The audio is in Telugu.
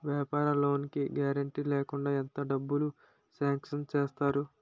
వ్యాపార లోన్ కి గారంటే లేకుండా ఎంత డబ్బులు సాంక్షన్ చేస్తారు?